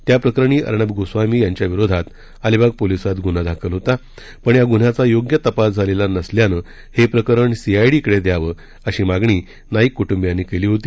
त्याप्रकरणी अर्नब गोस्वामी यांच्या विरोधात अलिबाग पोलिसांनी गुन्हा दाखल केला होता पण या गुन्ह्याचा योग्य तपास झालेला नसल्यानं हे प्रकरण सीआयडीकडं द्यावं अशी मागणी नाईक कुटुंबियांनी केली होती